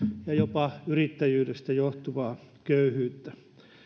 ja jopa yrittäjyydestä johtuvaa köyhyyttä